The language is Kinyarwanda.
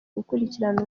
gukurikirana